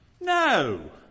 No